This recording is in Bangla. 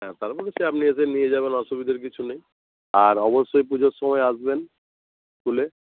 হ্যাঁ তারপরে সে আপনি এসে লিয়ে যাবেন অসুবিধার কিছু নেই আর অবশ্যই পুজোর সময় আসবেন স্কুলে